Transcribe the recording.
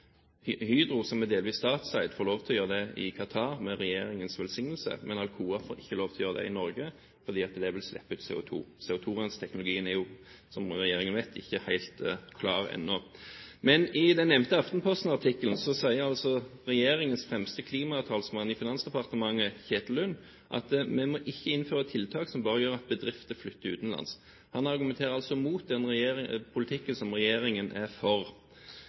Hydro, som er delvis statseid, får lov til å gjøre det i Qatar med regjeringens velsignelse, men Alcoa får ikke lov til å gjøre det i Norge fordi det vil slippe ut CO2. CO2-renseteknologien er jo, som regjeringen vet, ikke helt klar ennå. I den nevnte Aftenposten-artikkelen sier regjeringens fremste klimatalsmann i Finansdepartementet, Kjetil Lund, at vi må ikke innføre tiltak som bare gjør at bedrifter flytter utenlands. Han argumenterer altså mot den politikken som regjeringen er for.